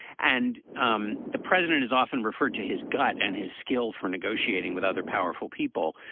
and um the president is often referred to his gut and his skill for negotiating with other powerful people.